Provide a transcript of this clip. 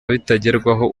bitagerwaho